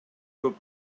көп